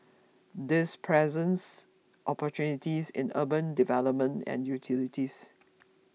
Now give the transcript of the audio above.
this presents opportunities in urban development and utilities